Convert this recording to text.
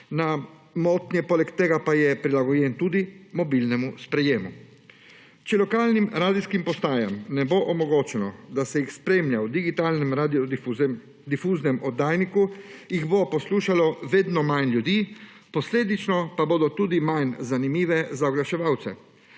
na motnje, poleg tega pa je prilagojen tudi mobilnemu sprejemu. Če lokalnim radijskim postajam ne bo omogočeno, da se jih spremlja v digitalnem radiodifuznem oddajniku, jih bo poslušalo vedno manj ljudi, posledično pa bodo tudi manj zanimive za oglaševalce.